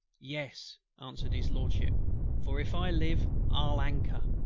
yes, answered his lordship for if i live, i'll anchor.